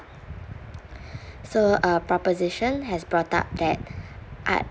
so uh proposition has brought up that art